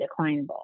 declinable